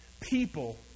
people